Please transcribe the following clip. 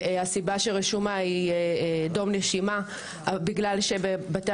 הסיבה שרשומה היא דום נשימה בגלל שבבתי